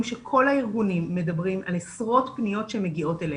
שכל הארגונים מדברים על עשרות פניות שמגיעות אליהם.